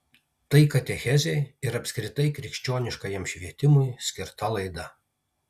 tai katechezei ir apskritai krikščioniškajam švietimui skirta laida